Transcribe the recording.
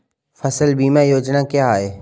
फसल बीमा योजना क्या है?